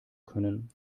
können